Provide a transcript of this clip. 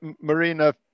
Marina